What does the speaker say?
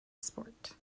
sport